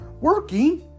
working